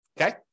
Okay